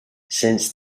since